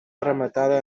rematada